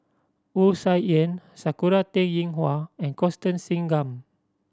Wu Tsai Yen Sakura Teng Ying Hua and Constance Singam